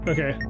Okay